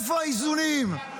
איפה האיזונים?